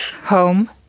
Home